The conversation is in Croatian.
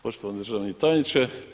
Poštovani državni tajniče.